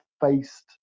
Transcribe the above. faced